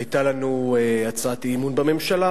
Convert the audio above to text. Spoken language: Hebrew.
היתה לנו הצעת אי-אמון בממשלה,